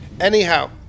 Anyhow